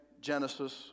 Genesis